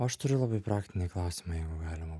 o aš turiu labai praktinį klausimą jeigu galima